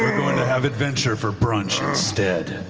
going to have adventure for brunch instead.